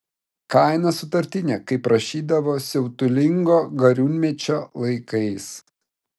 kaina sutartinė kaip rašydavo siautulingo gariūnmečio laikais